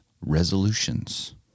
Resolutions